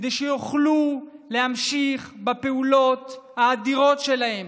כדי שיוכלו להמשיך בפעולות האדירות שלהן,